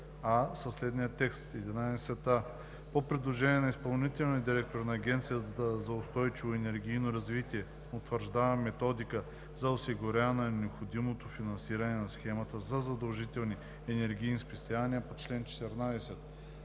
със следния текст: „11а. По предложение на изпълнителния директор на Агенцията за устойчиво енергийно развитие утвърждава методика за осигуряване на необходимото финансиране на схемата за задължителни енергийни спестявания по чл. 14;“